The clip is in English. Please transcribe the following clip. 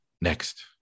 next